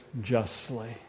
justly